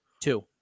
Two